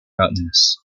mountains